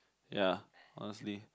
ya honestly